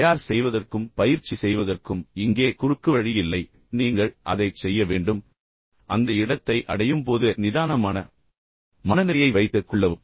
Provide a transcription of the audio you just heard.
தயார் செய்வதற்கும் பயிற்சி செய்வதற்கும் இங்கே குறுக்குவழி இல்லை நீங்கள் அதைச் செய்ய வேண்டும் அந்த இடத்தை அடையும் போது நிதானமான மனநிலையை வைத்து கொள்ளவும்